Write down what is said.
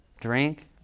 drink